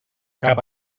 cap